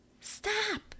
stop